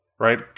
Right